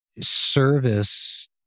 service